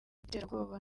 n’iterabwoba